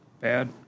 Bad